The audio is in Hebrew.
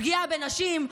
פגיעה בנשים,